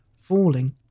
falling